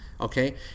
Okay